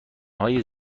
های